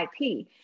IP